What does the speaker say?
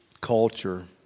Culture